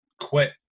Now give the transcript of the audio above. quit